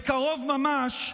בקרוב ממש,